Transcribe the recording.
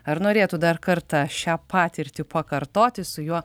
ar norėtų dar kartą šią patirtį pakartoti su juo